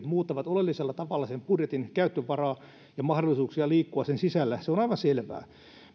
muuttavat oleellisella tavalla sen budjetin käyttövaraa ja mahdollisuuksia liikkua sen sisällä se on aivan selvää